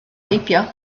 heibio